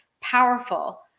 powerful